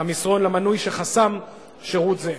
המסרון למנוי שחסם שירות זה.